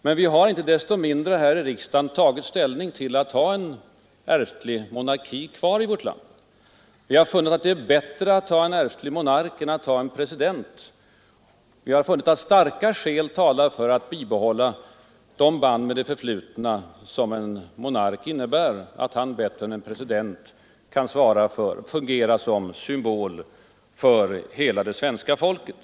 Men vi har inte desto mindre i riksdagen tagit ställning för att ha ärftlig monarki kvar i vårt land. Vi har funnit att det är bättre än att ha en president. Vi har funnit att starka skäl talar för att bibehålla de band med det förflutna som monarkin innebär — att monarken bättre än en president kan fungera som symbol för hela det svenska folket.